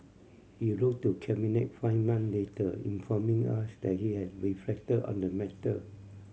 he wrote to Cabinet five month later informing us that he had reflected on the matter